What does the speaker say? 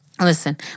listen